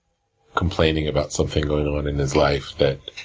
complaining about something going on in his life that